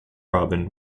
robin